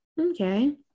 okay